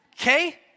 Okay